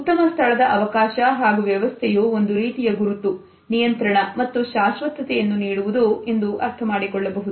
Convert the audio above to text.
ಉತ್ತಮ ಸ್ಥಳದ ಅವಕಾಶ ಹಾಗೂ ವ್ಯವಸ್ಥೆಯು ಒಂದು ರೀತಿಯ ಗುರುತು ನಿಯಂತ್ರಣ ಮತ್ತು ಶಾಶ್ವತತೆಯನ್ನು ನೀಡುವುದು ಎಂದು ಅರ್ಥಮಾಡಿಕೊಳ್ಳಬಹುದು